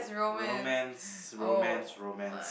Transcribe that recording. romance romance romance